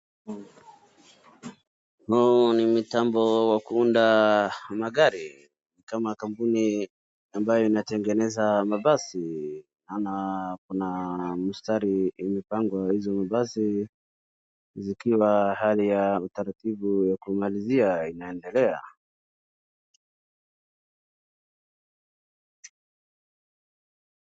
Hawa ni mitambo wa kuunda magari kama kampuni ambayo inatengeneza mabasi kuna mstari umepangwa hizo mabasi zikiwa hali ya mtaratibu ya kumaliziwa zinandelea.